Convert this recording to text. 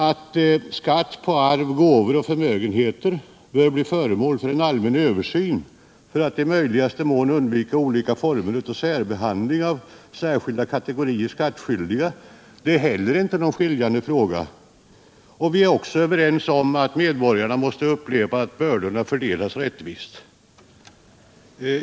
Att ”skatten på arv, gåvor och förmögenheter bör bli föremål för en allmän översyn —--- för att i möjligaste mån undvika olika former av särbehandling av skilda kategorier skattskyldiga” är inte heller någon särskiljande fråga. Vi är också överens om att medborgarna måste uppleva ”att bördorna fördelas rättvist”.